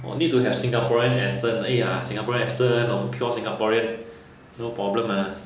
oh need to have singaporean accent !aiya! singaporean accent of a pure singaporean no problem mah